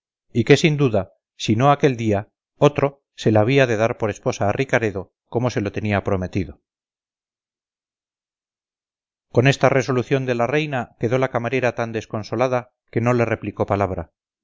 y que sin duda si no aquel día otro se la había de dar por esposa a ricaredo como se lo tenía prometido con esta resolución de la reina quedó la camarera tan desconsolada que no le replicó palabra